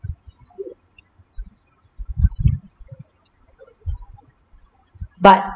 but